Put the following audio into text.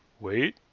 wait,